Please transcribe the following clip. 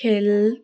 খেল